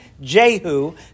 Jehu